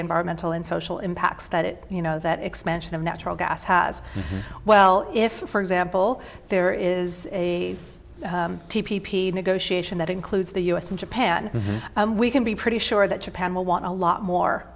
environmental and social impacts that it you know that expansion of natural gas has well if for example there is a negotiation that includes the u s and japan we can be pretty sure that japan will want a lot more